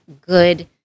good